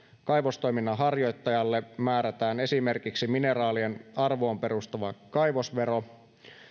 kaivostoiminnan harjoittajalle määrätään esimerkiksi mineraalien arvoon perustuva kaivosvero